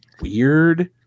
weird